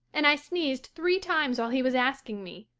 and i sneezed three times while he was asking me.